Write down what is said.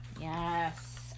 Yes